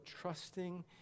trusting